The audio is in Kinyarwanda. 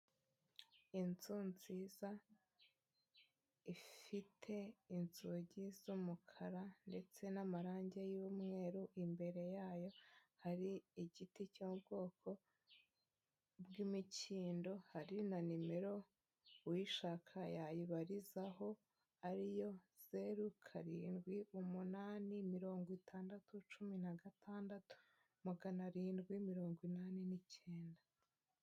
Inzu nziza ifite inzugi z'umukara ndetse n'amarangi y'umweru, imbere yayo hari igiti cy'ubwoko bw'imikindo hari na nimero uyishaka yayibarizaho, ari yo zeru karindwi umunani mirongo itandatu cumi na gatandatu magana arindwi mirongo inani n'ikenda.